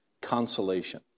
consolation